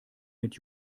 mit